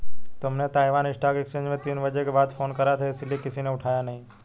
तुमने Taiwan stock exchange में तीन बजे के बाद फोन करा था इसीलिए किसी ने उठाया नहीं